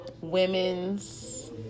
women's